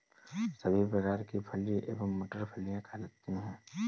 सभी प्रकार की फली एवं मटर फलियां कहलाती हैं